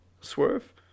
swerve